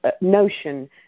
notion